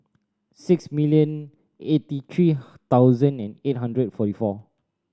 six million eighty three thousand eight hundred and forty four